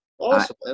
Awesome